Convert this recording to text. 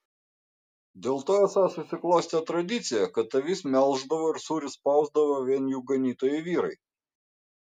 dėl to esą susiklostė tradicija kad avis melždavo ir sūrį spausdavo vien jų ganytojai vyrai